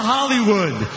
Hollywood